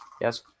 Yes